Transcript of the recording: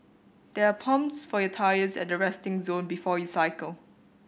there are pumps for your tyres at the resting zone before you cycle